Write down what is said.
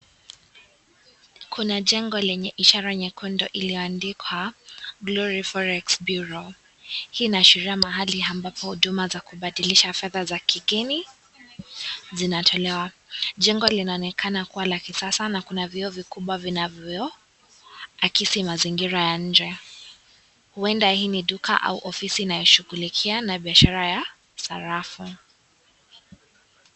Kuna jengo lenye ishara nyekundu iliyoandikwa Glory Forex Bureau, hii inaashiria mahali ambapo huduma za kubadilisha fedha za kigeni zinatolewa. Jengo linaonekana kuwa la kisasa na kuna vioo vikubwa vinavyo akisi mazingira ya nje huenda hii ni duka au ofisi inayoshughulikia biashara ya sarafu.